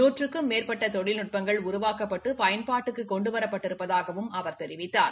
நூற்றுக்கும் மேற்பட்ட தொழில்நுட்பங்கள் உருவாக்கப்பட்டு பயன்பாட்டுக்கு கொண்டுவரப் பட்டிருப்பதாகவும் அவர் தெரிவித்தார்